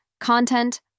content